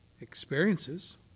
experiences